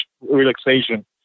relaxation